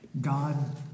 God